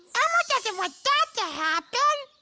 doesn't want that to happen.